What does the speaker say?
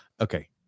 Okay